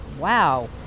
Wow